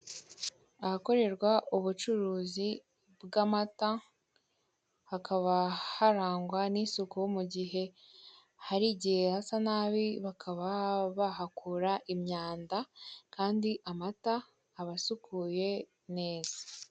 Ahakorerwa ubucuruzi bw'amata hakaba harangwa n'isuku mu gihe hari igihe hasa nabi, bakaba bahakura imyanda, kandi amata aba asukuye neza.